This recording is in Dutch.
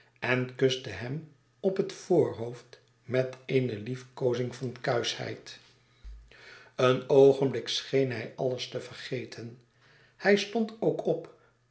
en kuste hem op het voorhoofd met eene liefkoozing van kuischheid een oogenblik scheen hij alles te vergeten hij stond ook op